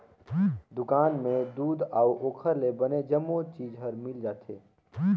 दुकान में दूद अउ ओखर ले बने जम्मो चीज हर मिल जाथे